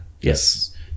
Yes